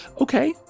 Okay